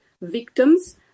victims